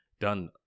done